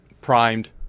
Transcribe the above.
primed